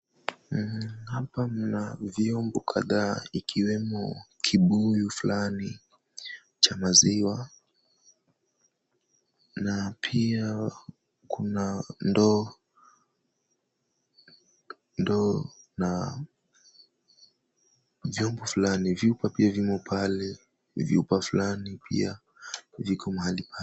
Hapa mna vyombo kadhaa ikiwemo kibuyu fulani cha maziwa na pia kuna ndoo na vyombo fulani vyupa pia vimo pale vyupa fulani pia viko mahali pale.